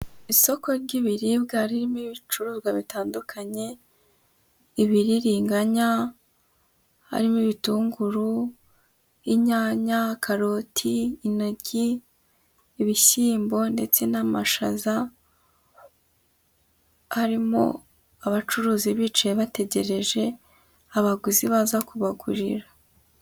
Isoko ry'ibiribwa ririmo ibicuruzwa bitandukanye, ibiriringanya, harimo ibitunguru, inyanya, karoti, inoryi, ibishyimbo ndetse n'amashaza, harimo abacuruzi bicaye bategereje abaguzi baza kubagurira.